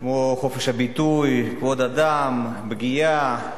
כמו חופש הביטוי, כבוד אדם, פגיעה,